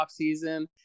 offseason